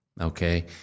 okay